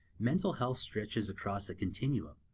mental health stretches across a continuum.